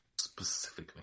Specifically